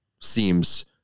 seems